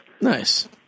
Nice